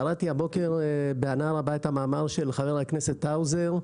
קראתי הבוקר בהנאה רבה את המאמר של חבר הכנסת האוזר,